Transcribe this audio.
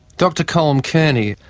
dr colm kearney.